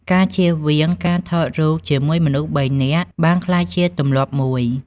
ការជៀសវាងការថតរូបជាមួយមនុស្សបីនាក់បានក្លាយជាទម្លាប់មួយ។